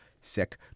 Sick